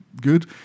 good